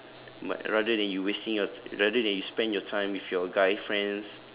but rather than you wasting your t~ rather than you spend your time with your guy friends